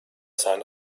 sein